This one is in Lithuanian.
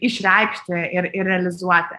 išreikšti ir ir realizuoti